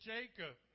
Jacob